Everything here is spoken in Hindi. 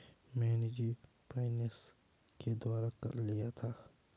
मैं निजी फ़ाइनेंस के द्वारा कार लिया था